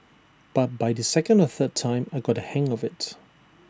but by the second or third time I got the hang of IT